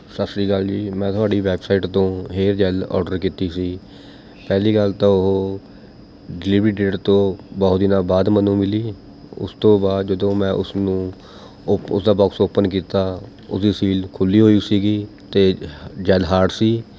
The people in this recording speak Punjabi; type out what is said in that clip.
ਸਤਿ ਸ਼੍ਰੀ ਅਕਾਲ ਜੀ ਮੈਂ ਤੁਹਾਡੀ ਵੈਬਸਾਈਟ ਤੋਂ ਹੇਅਰ ਜੈੱਲ ਔਡਰ ਕੀਤੀ ਸੀ ਪਹਿਲੀ ਗੱਲ ਤਾਂ ਉਹ ਡਿਲੀਵਰੀ ਡੇਟ ਤੋਂ ਬਹੁਤ ਦਿਨਾਂ ਬਾਅਦ ਮੈਨੂੰ ਮਿਲੀ ਉਸ ਤੋਂ ਬਾਅਦ ਜਦੋਂ ਮੈਂ ਉਸਨੂੰ ਓ ਉਸਦਾ ਬੋਕਸ ਓਪਨ ਕੀਤਾ ਉਹਦੀ ਸੀਲ ਖੁੱਲ੍ਹੀ ਹੋਈ ਸੀਗੀ ਤੇ ਜੈੱਲ ਹਾਰਡ ਸੀ